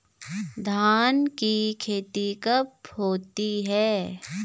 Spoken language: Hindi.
धान की खेती कब होती है?